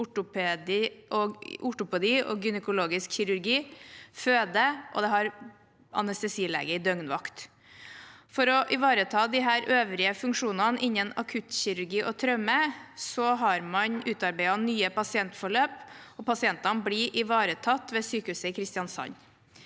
ortopedi, gynekologisk kirurgi og føde, og det har anestesilege i døgnvakt. For å ivareta disse øvrige funksjonene innen akuttkirurgi og traumemottak har man utarbeidet nye pasientforløp, og pasientene blir ivaretatt ved sykehuset i Kristiansand.